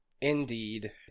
Indeed